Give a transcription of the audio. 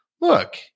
look